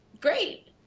great